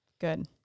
Good